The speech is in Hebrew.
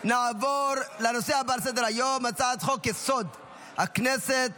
נעבור לנושא הבא על סדר-היום, הצעת חוק-יסוד הכנסת